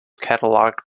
catalogued